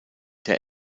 der